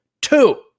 Two